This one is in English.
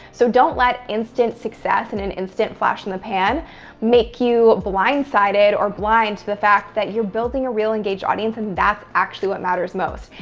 so, don't let instant success and an instant flash in the pan make you blind sighted or blind to the fact that you're building a real engaged audience. and that's actually what matters most.